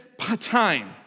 time